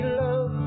love